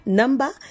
number